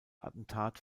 attentat